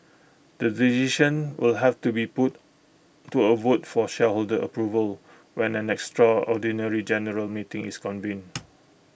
the decision will have to be put to A vote for shareholder approval when an extraordinary general meeting is convened